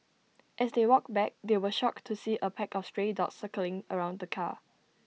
as they walked back they were shocked to see A pack of stray dogs circling around the car